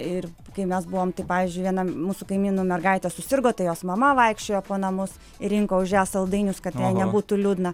ir kai mes buvom tai pavyzdžiui vienam mūsų kaimynų mergaitė susirgo tai jos mama vaikščiojo po namus ir rinko už ją saldainius kad nebūtų liūdna